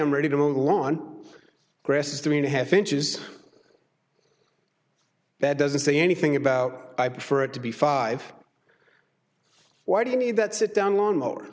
am ready to mow the lawn grass is three and a half inches that doesn't say anything about i prefer it to be five why do you need that sit down l